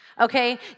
okay